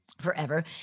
forever